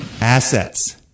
Assets